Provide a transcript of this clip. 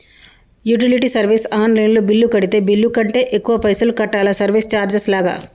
Utility service online లో bill కడితే bill కంటే ఎక్కువ పైసల్ కట్టాలా సర్వీస్ చార్జెస్ లాగా?